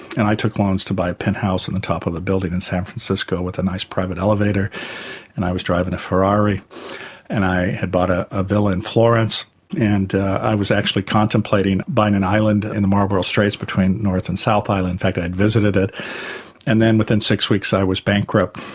and i took loans to buy a penthouse in the top of a building in san francisco with a nice private elevator and i was driving a ferrari and i had bought a a villa in florence and i was actually contemplating buying an island in the marlborough straits between north and south island, in fact i'd visited it and then within six weeks i was bankrupt,